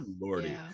lordy